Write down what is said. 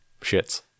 shits